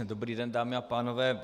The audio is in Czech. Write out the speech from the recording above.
Dobrý den, dámy a pánové.